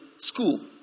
School